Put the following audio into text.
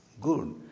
Good